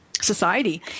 society